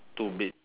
two big